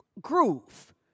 groove